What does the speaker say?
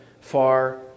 far